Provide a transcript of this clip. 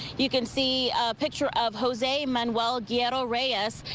you can see a picture of jose manuel get a raise yes,